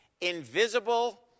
Invisible